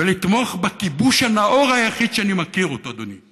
ולתמוך בכיבוש הנאור היחיד שאני מכיר, אדוני.